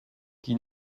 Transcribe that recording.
qui